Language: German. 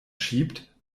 schiebt